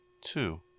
two